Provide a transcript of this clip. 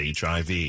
HIV